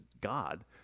God